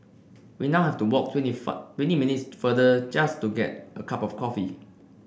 we now have to walk twenty twenty minutes farther just to get a cup of coffee